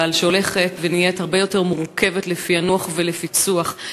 שהולכת ונהיית הרבה יותר מורכבת לפענוח ולפיצוח.